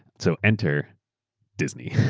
so enter disney.